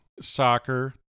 soccer